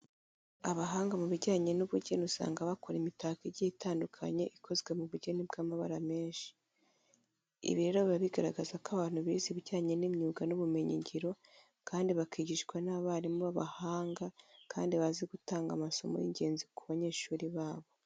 Abahanga mu bijyanye n'ubugeni usanga bakora imitako igiye itandukanye ikozwe mu bugeni bw'amabara menshi. Ibi rero biba bigaragaza ko aba bantu bize ibijyanye n'imyuga n'ubumenyingiro kandi bakigishwa n'abarimu b'abahanga kandi bazi gutanga amasomo y'ingenzi ku banyeshuri babo.